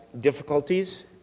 difficulties